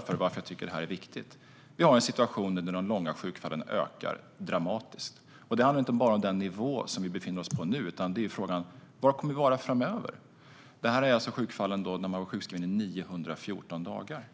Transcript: för varför jag tycker att detta är viktigt. Vi har nu en situation där de långa sjukfallen ökar dramatiskt. Det handlar inte bara om den nivå som vi befinner oss på nu, utan frågan är var vi kommer att vara framöver. Det handlar alltså om sjukfall där man varit sjukskriven i 914 dagar.